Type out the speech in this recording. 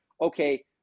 okay